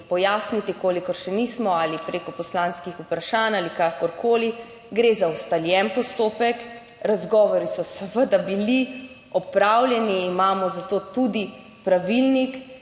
pojasniti, kolikor še nismo ali preko poslanskih vprašanj ali kakorkoli. Gre za ustaljen postopek. Razgovori so seveda bili opravljeni. Imamo za to tudi pravilnik